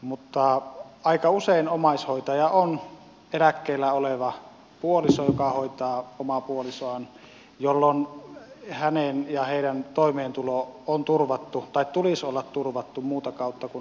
mutta aika usein omaishoitaja on eläkkeellä oleva puoliso joka hoitaa omaa puolisoaan jolloin hänen ja heidän toimeentulonsa on turvattu tai tulisi olla turvattu muuta kautta kuin omaishoidon tuella